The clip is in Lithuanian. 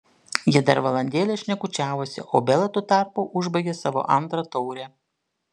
jie dar valandėlę šnekučiavosi o bela tuo tarpu užbaigė savo antrą taurę